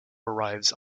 arrives